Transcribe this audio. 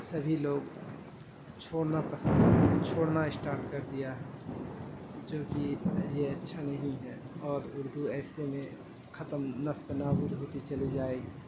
سبھی لوگ چھوڑنا پسند چھوڑنا اسٹارٹ کر دیا ہے جوکہ یہ اچھا نہیں ہے اور اردو ایسے میں ختم نیست و نابود ہوتی چلی جائے گی